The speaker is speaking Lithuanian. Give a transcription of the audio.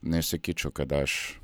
nesakyčiau kad aš